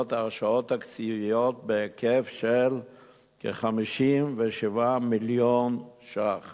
הרשאות תקציביות בהיקף של כ-57 מיליון ש"ח